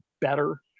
better